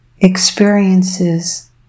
experiences